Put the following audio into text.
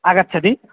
आगच्छति